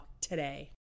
today